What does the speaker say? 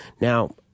Now